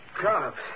Cops